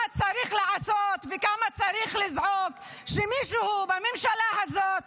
מה צריך לעשות וכמה צריך לזעוק כדי שמישהו בממשלה הזאת